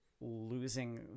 losing